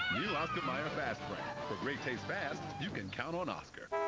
new oscar mayer fast franks. a great taste fast, you can count on oscar.